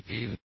PP